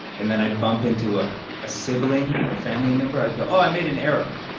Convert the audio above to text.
and then i'd bump into a ah sibling or family member, i'd go, oh, i made an error.